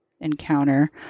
encounter